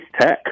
Tech